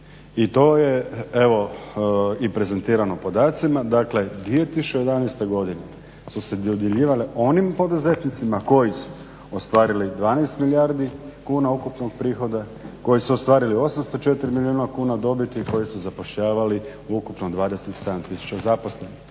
I to je evo i prezentirano podacima, dakle u 2011. godini su se dodjeljivale onim poduzetnicima koji su ostvarili 12 milijardi kuna ukupnog prihoda, koji su ostvarili 804 milijuna kuna dobiti i koji su zapošljavali ukupno 27 tisuća zaposlenih.